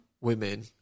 women